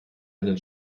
einen